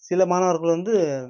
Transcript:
சில மாணவர்கள் வந்து